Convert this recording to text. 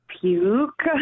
puke